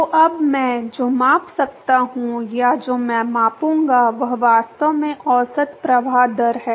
तो अब मैं जो माप सकता हूं या जो मैं मापूंगा वह वास्तव में औसत प्रवाह दर है